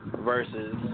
versus